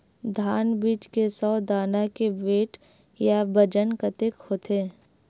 धान बीज के सौ दाना के वेट या बजन कतके होथे?